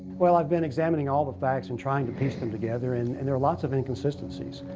well, i've been examining all the facts and trying to piece them together, and and there are lots of inconsistencies.